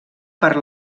per